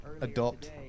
adopt